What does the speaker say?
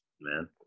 man